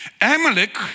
Amalek